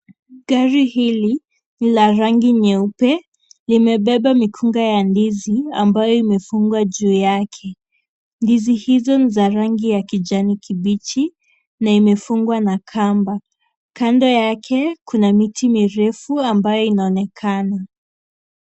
Gari hili ni la rangi nyeupe, limebeba mikunga ya ndizi ambayo imefungwa juu yake. Ndizi hizo ni za rangi ya kijani kibichi na imefungwa na kamba. Kando yake kuna miti mirefu ambayo inaonekana.